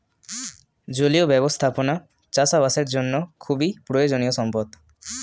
জলীয় ব্যবস্থাপনা চাষবাসের জন্য খুবই প্রয়োজনীয় সম্পদ